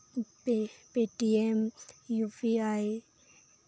ᱯᱮ Paytm U P ᱟᱭ